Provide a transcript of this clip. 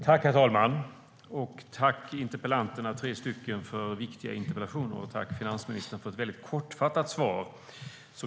Herr talman! Tack, de tre interpellanterna, för viktiga interpellationer! Tack, finansministern, för ett väldigt kortfattat svar!